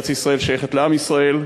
ארץ-ישראל שייכת לעם ישראל,